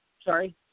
Sorry